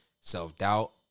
self-doubt